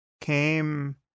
came